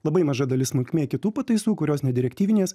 labai maža dalis smulkmė kitų pataisų kurios nedirektyvinės